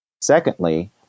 Secondly